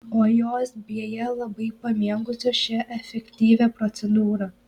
o jos beje labai pamėgusios šią efektyvią procedūrą